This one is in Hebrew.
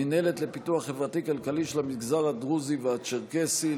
מינהלת לפיתוח חברתי-כלכלי של המגזר הדרוזי והצ'רקסי.